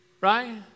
Right